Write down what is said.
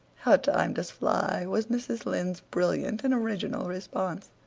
how time does fly! was mrs. lynde's brilliant and original response.